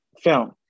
film